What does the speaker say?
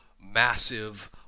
massive